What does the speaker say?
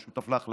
לא שותף להחלטה.